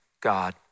God